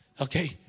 Okay